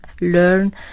learn